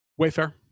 Wayfair